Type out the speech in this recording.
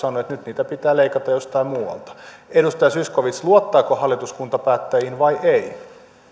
sanoo että nyt niitä pitää leikata jostain muualta edustaja zyskowicz luottaako hallitus kuntapäättäjiin vai ei